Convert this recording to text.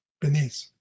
beneath